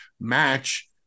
match